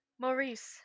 Maurice